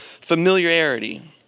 familiarity